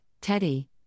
Teddy